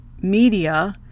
media